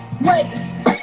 Wait